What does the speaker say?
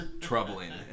troubling